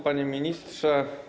Panie Ministrze!